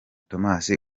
thomas